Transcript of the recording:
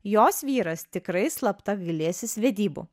jos vyras tikrai slapta gailėsis vedybų